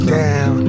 down